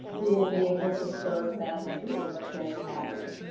we will be able to serve them through the virtual academy.